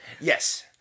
Yes